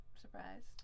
surprised